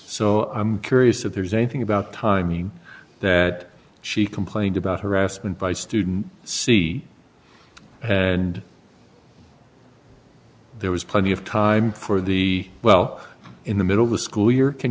so i'm curious if there's anything about timing that she complained about harassment by student c and there was plenty of time for the well in the middle of a school year can